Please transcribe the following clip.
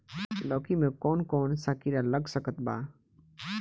लौकी मे कौन कौन सा कीड़ा लग सकता बा?